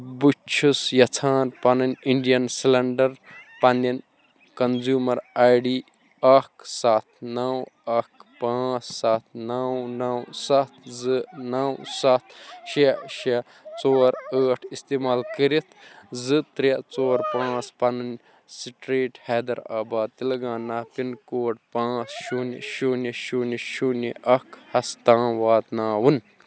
بہٕ چھُس یژھان پَنٕنۍ اِنڈٮ۪ن سِلٮ۪نٛڈَر پَنٕنۍ کَنزیوٗمَر آی ڈی اَکھ سَتھ نَو اَکھ پانٛژھ ستھ نَو نَو سَتھ زٕ نَو سَتھ شےٚ شےٚ ژور ٲٹھ اِستعمال کٔرِتھ زٕ ترٛےٚ ژور پانٛژھ پَنٕنۍ street Hyderabad Telangana pin code پانٛژھ شوٗنیہِ شوٗنیہِ شوٗنیہِ شوٗنیہِ اَکھ ہَس تام واتناوُن